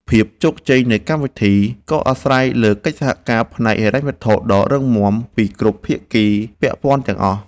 ភាពជោគជ័យនៃកម្មវិធីក៏អាស្រ័យលើកិច្ចសហការផ្នែកហិរញ្ញវត្ថុដ៏រឹងមាំពីគ្រប់ភាគីពាក់ព័ន្ធទាំងអស់។